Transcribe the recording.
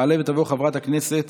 תעלה ותבוא חברת הכנסת